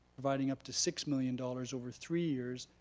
providing up to six million dollars over three years,